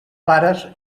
pares